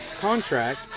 contract